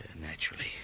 Naturally